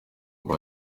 ngo